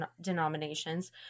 denominations